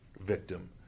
victim